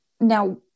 now